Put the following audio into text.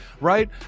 right